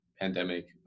pandemic